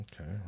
Okay